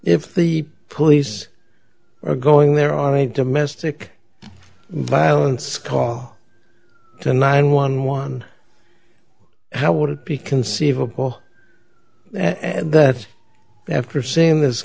if the police are going there are a domestic violence call nine one one how would it be conceivable and that's after seeing this